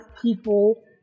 people